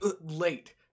Late